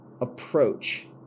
approach